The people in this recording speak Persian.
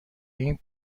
این